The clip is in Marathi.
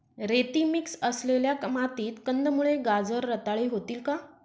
रेती मिक्स असलेल्या मातीत कंदमुळे, गाजर रताळी होतील का?